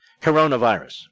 coronavirus